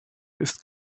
ist